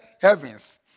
heavens